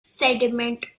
sediment